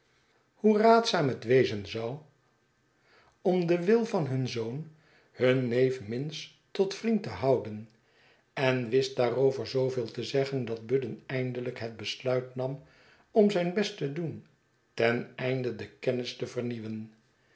hoe raadzaam het wezen zou om den wil van hun zoon hun neef minns tot vriend te houden en wist daarover zooveel te zeggen dat budden eindelijk het besluit nam om zijn bestte doen ten einde de kennis te vernieuwen